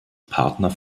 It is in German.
partner